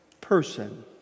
person